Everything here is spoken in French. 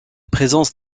présence